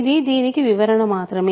ఇది దీనికి వివరణ మాత్రమే